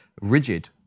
rigid